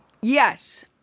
Yes